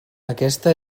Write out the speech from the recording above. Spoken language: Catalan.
aquesta